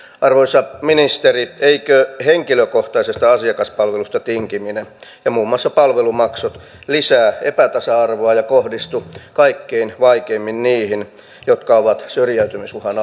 arvoisa ministeri eivätkö henkilökohtaisesta asiakaspalvelusta tinkiminen ja muun muassa palvelumaksut lisää epätasa arvoa ja kohdistu kaikkein vaikeimmin niihin jotka ovat syrjäytymisuhan